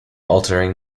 altering